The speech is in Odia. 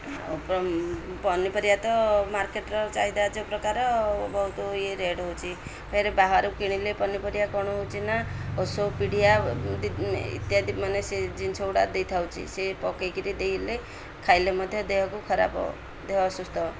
ପନିପରିବା ତ ମାର୍କେଟ୍ର ଚାହିଦା ଯେଉଁ ପ୍ରକାର ବହୁତୁ ଇଏ ରେଟ୍ ହେଉଛି ଫେରେ ବାହାରୁ କିଣିଲେ ପନିପରିବା କ'ଣ ହେଉଛି ନା ଓଷୋ ପିଡ଼ିଆ ଇତ୍ୟାଦି ମାନେ ସେ ଜିନିଷ ଗୁଡ଼ା ଦେଇ ଥାଉଛି ସେ ପକାଇକିରି ଦେଇଲେ ଖାଇଲେ ମଧ୍ୟ ଦେହକୁ ଖରାପ ଦେହ ଅସୁସ୍ଥ